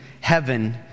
heaven